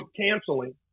canceling